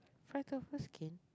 fried octopus can